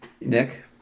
Nick